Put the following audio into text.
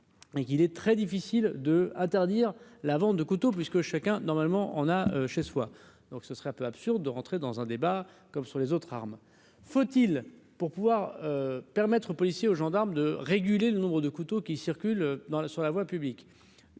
est très difficile de interdire la vente de couteaux puisque chacun normalement on a chez soi, donc ce serait un peu absurde de rentrer dans un débat comme sur les autres armes : faut-il, pour pouvoir permettre aux policiers, aux gendarmes de réguler le nombre de couteau qui circule dans sur la voie publique